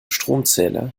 stromzähler